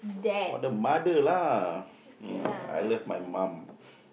what the mother lah I love my mom